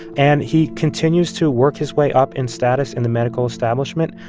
and he continues to work his way up in status in the medical establishment.